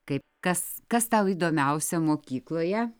kaip kas kas tau įdomiausia mokykloje